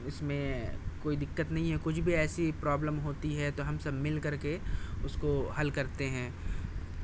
اس میں کوئی دقت نہیں ہے کچھ بھی ایسی پرابلم ہوتی ہے تو ہم سب مل کر کے اس کو حل کرتے ہیں